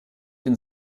den